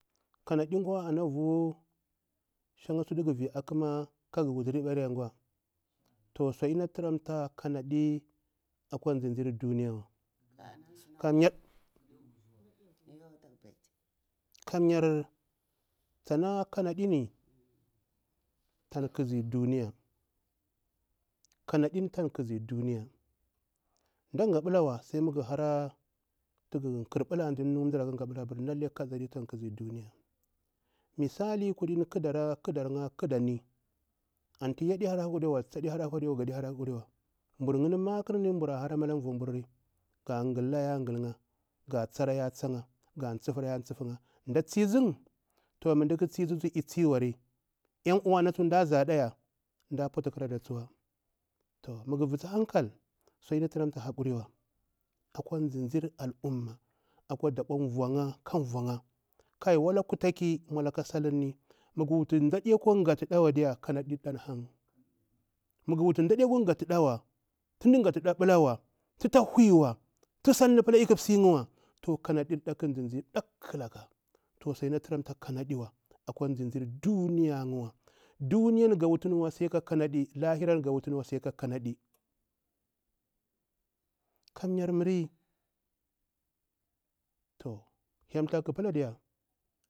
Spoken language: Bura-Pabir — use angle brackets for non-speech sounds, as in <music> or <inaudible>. Kanadi gwa ana vu shan sutu gha vi a khama ka gha wutu riɓarya, to sudi na turamta kanaɗi wa kwa zinzir duniyawa, <noise> kamyar tsana kana dini gha khazi duniya, kanadin tsan khazi duniya mda ghaɓiko wa sai mu ghar kharbita abur lalle kanaɗi tsan khazi duniya misali kulini ghazara, ghazani dagani vadi hara hakuri wa, gadi hara hakuri wa, mbur yinni makharni mbura hara mri ala vu- mburri, ga ghalla ya gha'ya ga tsara ya tsa'ya ga tsufra ya tsuf'ya mda tsising to mah mdakha tsisini eeeh tsi wari 'yan uwana tsu mda za ɗa ya mda pau ata kharada tsuwa toh mah gha vusa hankal su aɗi na turamta kanaɗi wa akwa zinzir al'umma, mah vu'ya ka vu'ya walakutaki mah gha wuta mdaɗe kwa ghatu ɗa wa diya kanadir da hang, tu mda ghatu ɗa aɓulawa tuta huyiwa, tu salni pula iku msiniwa, to kanadir ƙa kha zinzi ɗakkhalaka to sudi na turamta kanaɗiwa akwa zinzir duniyar 'ya, duniya niu ga wutuniwa sai ka kanadi lahira n ga wutu niwa sai ka kamadi kamyar mri toh hyel thaku kha pila diya.